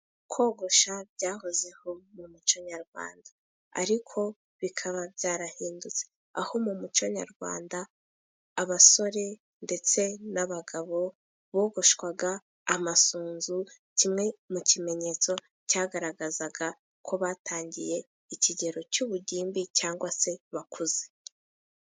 Kogosha byahozeho mu muco nyarwanda ,ariko bikaba byarahindutse aho mu muco nyarwanda, abasore ndetse n'abagabo bogoshwaga amasunzu ,kimwe mu kimenyetso cyagaragazaga ko batangiye ikigero cy'ubugimbi cyangwa se bakuze.